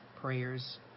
prayers